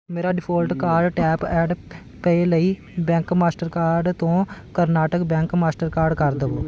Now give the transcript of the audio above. ਮੇਰਾ default card tap and pay ਲਈ bank Mastercard ਤੋਂ ਕਰਨਾਟਕ ਬੈਂਕ ਮਾਸਟਰਕਾਰਡ ਕਰ ਦੇਵੋ